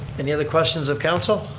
any other questions of council?